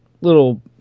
little